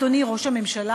אדוני ראש הממשלה,